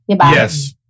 Yes